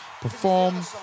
perform